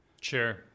Sure